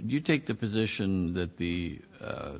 you take the position that the